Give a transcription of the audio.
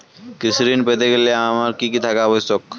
কৃষি ঋণ পেতে গেলে কি কি থাকা আবশ্যক?